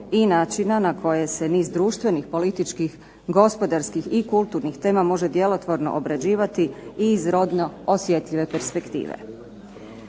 i načina na koje se niz društvenih političkih gospodarskih i kulturnih tema može djelotvorno obrađivati i iz rodno osjetljive perspektive.